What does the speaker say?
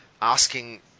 asking